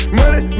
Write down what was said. money